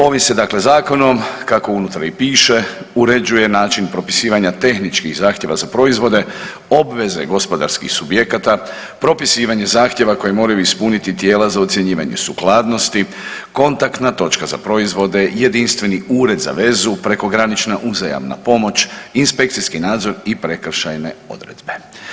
Ovim se dakle Zakonom kako unutra i piše uređuje način propisivanja tehničkih zahtjeva za proizvode, obveze gospodarskih subjekata, propisivanje zahtjeva koje moraju ispuniti tijela za ocjenjivanje sukladnosti, kontaktna točka za proizvode, jedinstveni Ured za vezu, prekogranična uzajamna pomoć, inspekcijski nadzor i prekršajne odredbe.